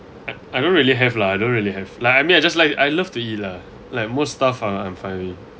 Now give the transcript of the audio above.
I I don't really have lah I don't really have lah I mean I just like I love to eat lah like most stuff ah I'm fine already